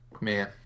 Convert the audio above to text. man